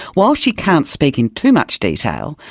while she can't speak in too much detail,